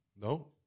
No